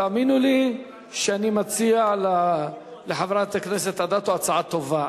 תאמינו לי שאני מציע לחברת הכנסת אדטו הצעה טובה.